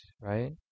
right